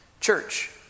Church